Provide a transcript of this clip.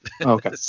Okay